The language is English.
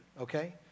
Okay